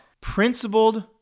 principled